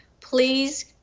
please